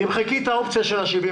אני לא מאמין שיש במשק הישראלי.